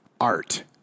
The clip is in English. art